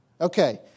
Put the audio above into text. Okay